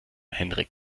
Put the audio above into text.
henrik